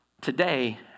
today